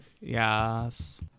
Yes